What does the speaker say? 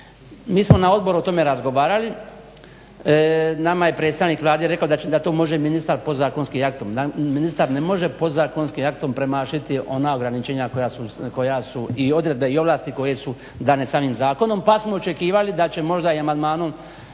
Mi smo na odboru o tome razgovarali. Nama je predstavnik Vlade rekao da to može ministar podzakonskim aktom. Ministar ne može podzakonskim aktom premašiti ona ograničenja koja su i odredbe i ovlasti koje su dane samim zakonom, pa smo očekivali da će možda i amandmanom